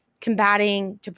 combating